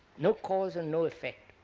no cause and no effect.